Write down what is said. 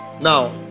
Now